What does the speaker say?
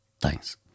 Thanks